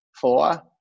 four